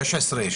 16,